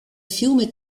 fiume